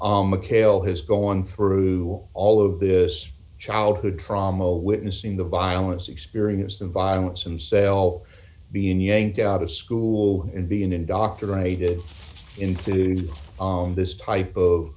calle has gone through all of this childhood trauma witnessing the violence experience of violence and self being yanked out of school and being indoctrinated into this type of